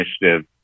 Initiative